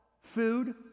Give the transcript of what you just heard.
food